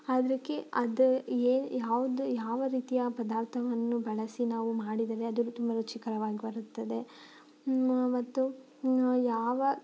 ಅದಕ್ಕೆ ಅದು ಏ ಯಾವುದು ಯಾವ ರೀತಿಯ ಪದಾರ್ಥವನ್ನು ಬಳಸಿ ನಾವು ಮಾಡಿದರೆ ಅದು ತುಂಬ ರುಚಿಕರವಾಗಿ ಬರುತ್ತದೆ ಮತ್ತು ಯಾವ